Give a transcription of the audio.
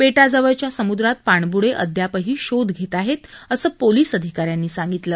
बेटाजवळच्या समुद्रात पाणबुडे अद्यापही शोध घेत आहेत असं पोलीस अधिका यांनी सांगितलं